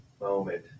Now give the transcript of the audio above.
moment